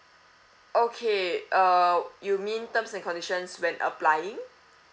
okay uh you mean terms and conditions when applying